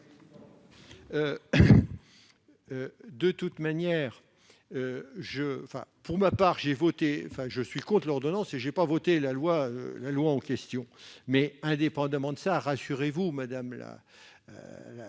de vote. Pour ma part, je suis contre l'ordonnance et je n'ai pas voté la loi en question. Indépendamment de cela, rassurez-vous, madame le